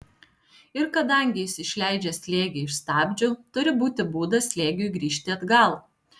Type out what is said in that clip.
ir kadangi jis išleidžia slėgį iš stabdžių turi būti būdas slėgiui grįžti atgal